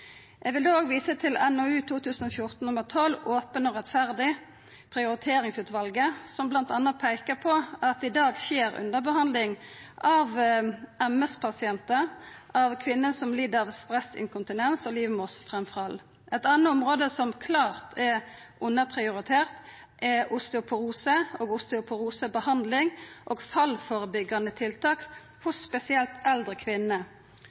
Eg vil òg visa til NOU 2014:12 Åpent og rettferdig – prioriteringer i helsetjenesten, frå Prioriteringsutvalget, som bl.a. peiker på at det i dag skjer underbehandling av MS-pasientar, av kvinner som lir av stressinkontinens og livmorframfall. Eit anna område som klart er underprioritert, er osteoporose og osteoporosebehandling og fallførebyggande tiltak spesielt hos eldre kvinner.